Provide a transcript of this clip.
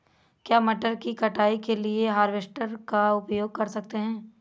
क्या मटर की कटाई के लिए हार्वेस्टर का उपयोग कर सकते हैं?